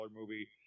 movie